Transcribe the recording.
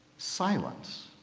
silence